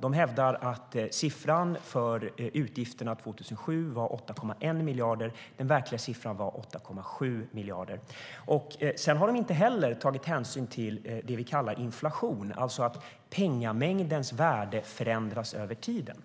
De hävdar att siffran för utgifterna 2007 är 8,1 miljarder. Den verkliga siffran är 8,7 miljarder. De har inte heller tagit hänsyn till det som vi kallar inflation, alltså att pengarnas värde förändras över tiden.